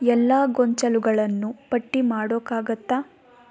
ಎಲ್ಲ ಗೊಂಚಲುಗಳನ್ನು ಪಟ್ಟಿ ಮಾಡೋಕಾಗುತ್ತಾ